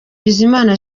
bizimana